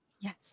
Yes